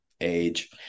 age